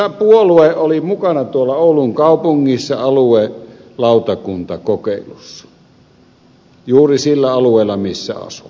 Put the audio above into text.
se puolue oli mukana tuolla oulun kaupungissa aluelautakuntakokeilussa juuri sillä alueella missä asun